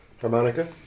Harmonica